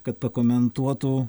kad pakomentuotų